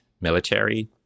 military